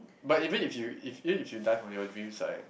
but even if you if even if you die for your dreams right